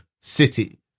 city